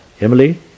Emily